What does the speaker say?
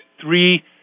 three